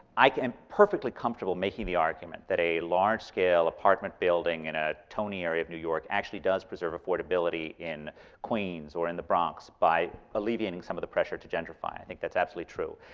i like am perfectly comfortable making the argument that a large scale apartment building in a tony area of new york actually does preserve affordability in queens or in the bronx by alleviating some of the pressure to gentrify. i think that's absolutely true.